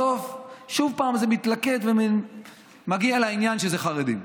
בסוף שוב זה מתלכד ומגיע לעניין שאלה החרדים.